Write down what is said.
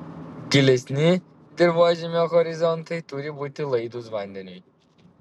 gilesni dirvožemio horizontai turi būti laidūs vandeniui